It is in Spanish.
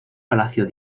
palacio